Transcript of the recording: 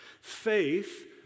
Faith